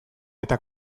eta